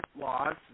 laws